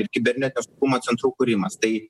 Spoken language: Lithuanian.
ir kibernetinio saugumo centrų kūrimas tai